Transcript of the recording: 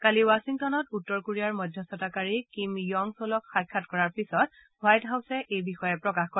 কালি ৱাখিংটনত উত্তৰ কোৰিয়াৰ মধ্যস্থতাকাৰী কিম ইয়ং চ'লক সাক্ষাৎ কৰাৰ পিছত হোৱাইট হাউচে এই বিষয়ে প্ৰকাশ কৰে